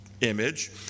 image